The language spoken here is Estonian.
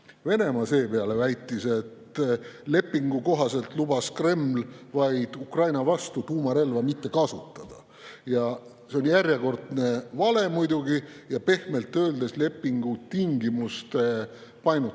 väitis seepeale, et lepingu kohaselt lubas Kreml vaid Ukraina vastu tuumarelva mitte kasutada. See on järjekordne vale muidugi ja pehmelt öeldes lepingu tingimuste painutamine.